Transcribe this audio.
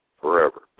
forever